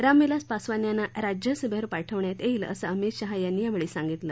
रामविलास पासवान यांना राज्यसभेवर पाठवण्यात येईल असं अमित शाह यांनी यावेळी सांगितलं